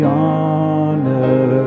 honor